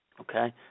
Okay